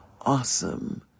awesome